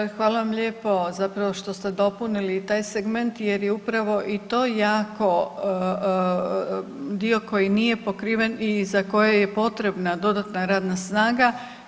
Tako je, hvala vam lijepo zapravo što ste dopunili i taj segment jer je upravo i to jako dio koji nije pokriven i za koje je potrebna dodatna radna snaga.